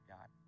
God